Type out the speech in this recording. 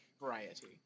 variety